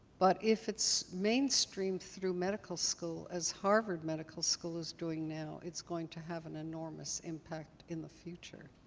but if it's mainstreamed through medical school, as harvard medical school is doing now, it's going to have an enormous impact in the future.